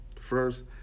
first